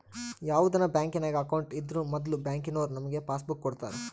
ಯಾವುದನ ಬ್ಯಾಂಕಿನಾಗ ಅಕೌಂಟ್ ಇದ್ರೂ ಮೊದ್ಲು ಬ್ಯಾಂಕಿನೋರು ನಮಿಗೆ ಪಾಸ್ಬುಕ್ ಕೊಡ್ತಾರ